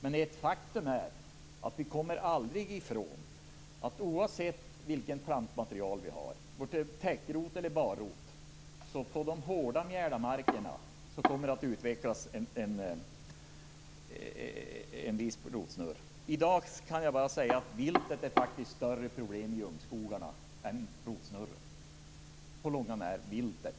Men ett faktum är att vi aldrig kommer ifrån att oavsett vilket plantmaterial vi har - täckrot eller barrot - kommer det att på de hårda mjälamarkerna utvecklas viss rotsnurr. I dag kan jag bara säga att viltet faktiskt på långt när är ett större problem i ungskogarna än rotsnurren.